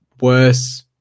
worse